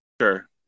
Sure